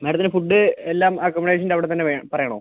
മാഡത്തിന് ഫുഡ്ഡ് എല്ലാം അക്കമഡേഷൻ്റെ അവിടെ തന്നെ വേ പറയണോ